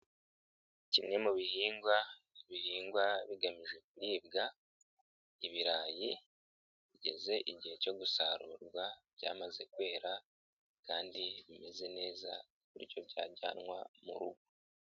Kimwe mu bihingwa bihingwa bigamije kuribwa, ibirayi bigeze igihe cyo gusarurwa byamaze kwera kandi bimeze neza ku buryo byajyanwa mu rugo.